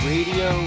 Radio